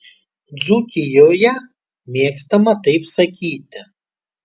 dzūkijoje mėgstama taip sakyti